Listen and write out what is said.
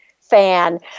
fan